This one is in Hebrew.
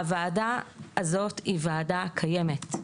הוועדה הזאת היא וועדה קיימת,